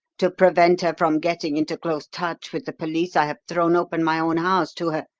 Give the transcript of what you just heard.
to prevent her from getting into close touch with the public, i have thrown open my own house to her,